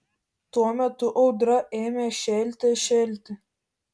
tuo metu audra ėmė šėlte šėlti